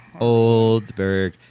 Oldberg